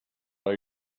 are